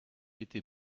été